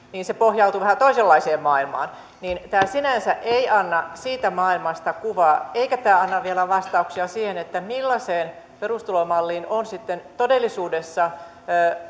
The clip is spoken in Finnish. pohjautuu vähän toisenlaiseen maailmaan tämä sinänsä ei anna siitä maailmasta kuvaa eikä tämä anna vielä vastauksia siihen millaiseen perustulomalliin on sitten todellisuudessa